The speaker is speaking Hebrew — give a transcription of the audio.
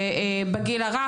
המטפלות בגיל הרך.